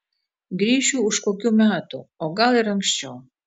grįšiu už kokių metų o gal ir anksčiau